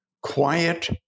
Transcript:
quiet